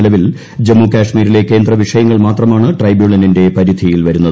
നിലവിൽ ജമ്മു കശ്മീരിലെ കേന്ദ്ര വിഷയങ്ങൾ മാത്രമാണ് ട്രൈബ്യൂണലിന്റെ പരിധിയിൽ വരുന്നത്